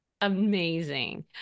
amazing